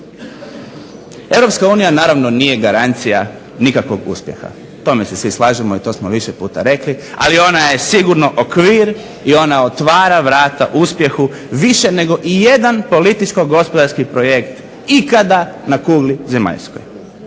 susjedstvu. EU naravno nije garancija nikakvog uspjeha. U tome se svi slažemo i to smo više puta rekli, ali ona je sigurno okvir i ona otvara vrata uspjehu više nego ijedan političko gospodarski projekt ikada na kugli zemaljskoj.